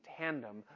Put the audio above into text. tandem